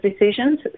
decisions